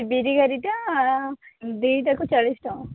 ବିରିଗାରିଟା ଦୁଇଟାକୁ ଚାଳିଶ ଟଙ୍କା